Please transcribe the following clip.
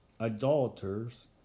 idolaters